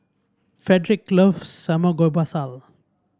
Fredrick loves Samgeyopsal